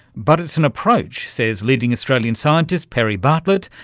but it's an approach, says leading australian scientist perry bartlett,